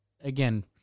again